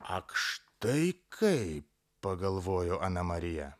ak štai kaip pagalvojo ana marija